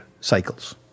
cycles